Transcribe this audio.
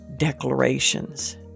declarations